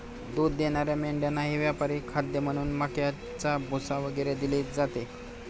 दूध देणाऱ्या मेंढ्यांनाही व्यापारी खाद्य म्हणून मक्याचा भुसा वगैरे दिले जाते